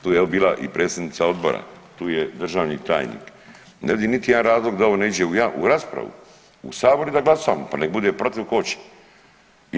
Tu je evo bila i predsjednica odbora, tu je državni tajnik, ne vidim niti jedan razlog da ovo ne iđe u raspravu, u sabor i da glasamo pa nek bude protiv tko hoće.